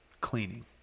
cleaning